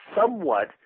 somewhat